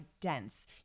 dense